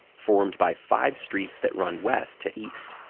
formed by five streets that run west to east,